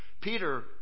Peter